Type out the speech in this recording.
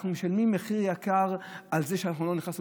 אנחנו משלמים מחיר יקר על זה שאנחנו לא נכנסנו